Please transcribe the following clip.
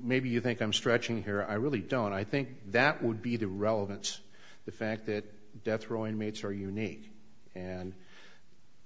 maybe you think i'm stretching here i really don't i think that would be the relevance the fact that death row inmates are unique and